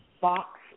box